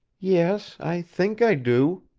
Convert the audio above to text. yes, i think i do,